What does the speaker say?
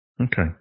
Okay